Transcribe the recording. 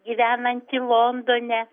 gyvenantį londone